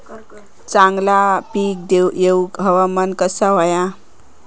चांगला पीक येऊक हवामान कसा होया?